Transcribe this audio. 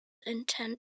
intent